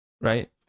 right